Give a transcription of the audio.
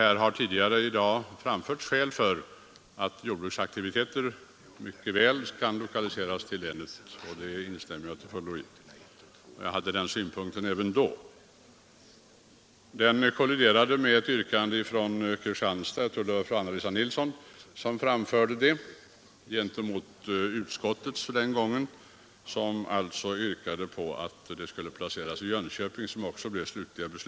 Här har tidigare i dag framförts goda skäl för lokalisering av jordbruksaktiviteter till länet, och jag instämmer till fullo i den uppfattningen. Och jag hade samma synpunkt även då. Fru Anna-Lisa Nilsson framförde yrkande om placering i Kristianstad, vilket föranledde kontrapropositionsvotering mellan yrkandena om lantbruksstyrelsens placering i Skaraborgs län respektive Kristianstad.